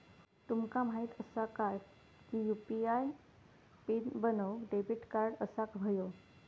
तुमका माहित असा काय की यू.पी.आय पीन बनवूक डेबिट कार्ड असाक व्हयो